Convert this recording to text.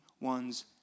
one's